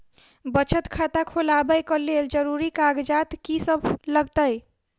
बचत खाता खोलाबै कऽ लेल जरूरी कागजात की सब लगतइ?